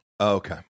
Okay